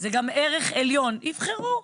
יבחרו.